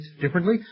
differently